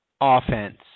offense